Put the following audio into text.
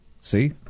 See